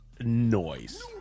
noise